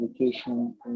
education